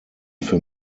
für